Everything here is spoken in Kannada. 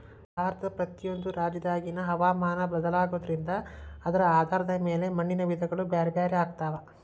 ಭಾರತದ ಪ್ರತಿಯೊಂದು ರಾಜ್ಯದಾಗಿನ ಹವಾಮಾನ ಬದಲಾಗೋದ್ರಿಂದ ಅದರ ಆಧಾರದ ಮ್ಯಾಲೆ ಮಣ್ಣಿನ ವಿಧಗಳು ಬ್ಯಾರ್ಬ್ಯಾರೇ ಆಗ್ತಾವ